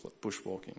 bushwalking